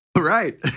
right